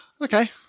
Okay